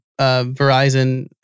Verizon